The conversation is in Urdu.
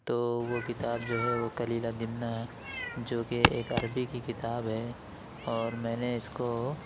تو وہ کتاب جو ہے وہ کلیلہ دمنہ جو کہ ایک عربی کی کتاب ہے اور میں نے اس کو